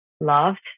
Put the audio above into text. loved